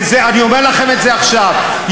אני אומר לכם את זה עכשיו,